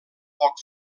poc